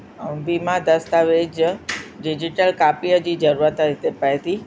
ऐं वीमां दस्तावेज डिजीटल कापीअ जी ज़रूरत हिते पए थी